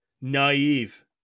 naive